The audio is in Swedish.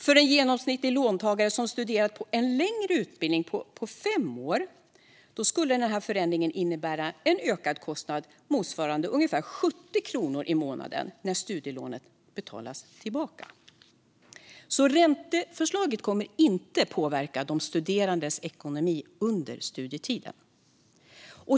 För en genomsnittlig låntagare som har studerat på en längre utbildning på fem år skulle denna förändring innebära en ökad kostnad motsvarande ungefär 70 kronor i månaden när studielånet betalas tillbaka. Ränteförslaget kommer alltså inte att påverka de studerandes ekonomi under studietiden.